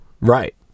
Right